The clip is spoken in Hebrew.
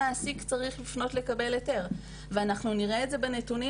המעסיק צריך לפנות לקבל היתר ואנחנו נראה את זה בנתונים